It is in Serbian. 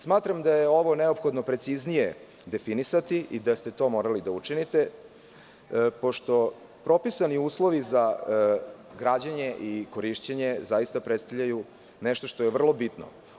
Smatram da je ovo neophodno preciznije definisati i da ste to morali da učinite, pošto propisani uslovi za građenje i korišćenje zaista predstavljaju nešto što je vrlo bitno.